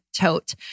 tote